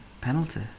penalty